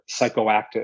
psychoactive